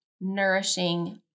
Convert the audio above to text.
nourishing